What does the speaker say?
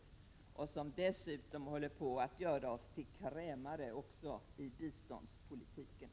Denna regering håller dessutom på att göra oss till krämare också i biståndspolitiken.